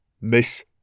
Miss